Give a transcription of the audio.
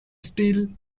still